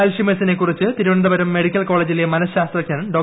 അൽഷിമേഴ്സിനെ ക്റിച്ച് തിരുവന്തപുരം മെഡിക്കൽ കോളേജിലെ മനശാസ്ത്രജ്ഞൻ ഡോ